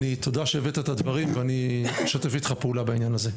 תודה שהבאת את הדברים ואני אשתף איתך פעולה בעניין הזה.